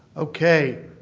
okay.